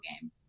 game